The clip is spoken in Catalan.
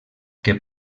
que